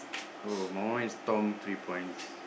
oh my one is tom three points